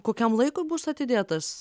kokiam laikui bus atidėtas